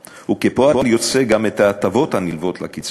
וכפועל יוצא גם את ההטבות הנלוות לקצבה,